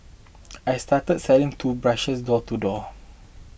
I started selling toothbrushes door to door